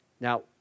Now